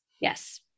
yes